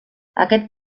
aquest